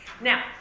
now